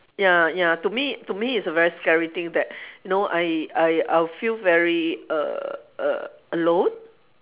ya ya to me to me it's a very scary thing that you know I I I would feel very err err alone